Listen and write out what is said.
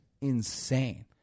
insane